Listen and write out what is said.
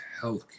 healthcare